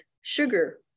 sugar